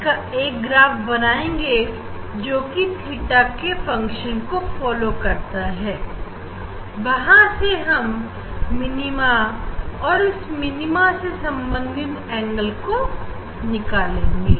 इसका एक ग्राफ बनाएंगे जोकि theta के फंक्शन को फॉलो करता है वहां से हम मिनीमा और उस मिनीमा से संबंधित एंगल को निकालेंगे